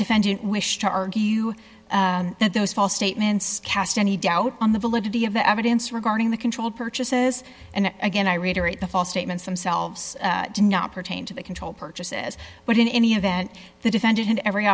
defendant wish to argue that those false statements cast any doubt on the validity of the evidence regarding the controlled purchases and again i reiterate the false statements themselves do not pertain to the control purchases but in any of that the defendant had every